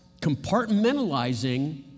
compartmentalizing